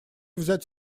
взять